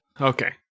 Okay